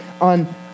on